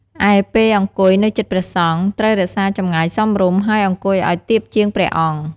ឯ ពេលអង្គុយនៅជិតព្រះសង្ឃ ត្រូវរក្សាចម្ងាយសមរម្យ ហើយអង្គុយឲ្យទាបជាងព្រះអង្គ។